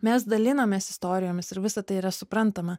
mes dalinamės istorijomis ir visa tai yra suprantama